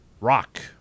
rock